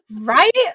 right